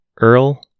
Earl